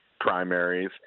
primaries